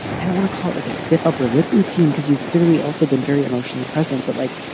i don't want to call it like a stiff upper lip routine, because you've clearly also been very emotionally present, but like.